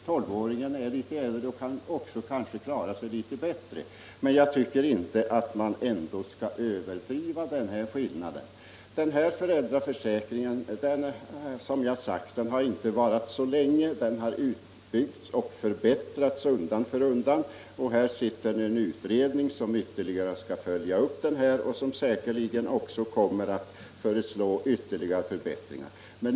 Tolvåringen är litet äldre och kan kanske klara sig litet bättre, men jag tycker inte att man skall överdriva denna skillnad. Föräldraförsäkringen har, som jag redan sagt, inte varat så länge. Den har utbyggts och förbättrats undan för undan. En utredning har tillsatts som skall följa upp hur försäkringen verkar, och denna utredning kommer säkerligen att föreslå ytterligare förbättringar.